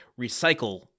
recycle